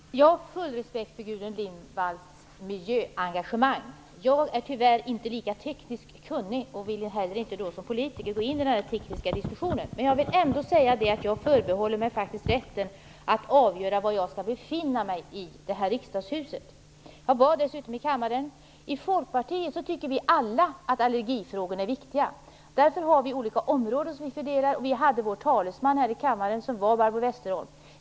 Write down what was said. Herr talman! Jag har full respekt för Gudrun Lindvalls miljöengagemang. Jag är tyvärr inte lika tekniskt kunnig och vill heller inte som politiker gå in i den tekniska diskussionen. Men jag vill ändå säga att jag förbehåller mig rätten att avgöra var i Riksdagshuset jag skall befinna mig. Jag var dessutom i kammaren. I Folkpartiet tycker vi alla att allergifrågorna är viktiga. Därför fördelar vi olika områden, och vi hade vår talesman Barbro Westerholm här i kammaren.